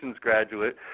graduate